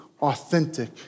authentic